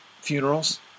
funerals